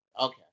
Okay